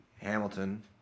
Hamilton